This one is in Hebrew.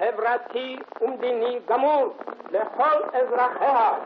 חברתי ומדיני גמור לכל אזרחיה,